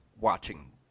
watching